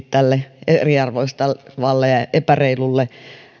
tälle eriarvoistavalle ja epäreilulle